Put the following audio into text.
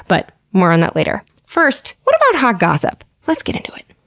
but more on that later. first, what about hot gossip? let's get into it.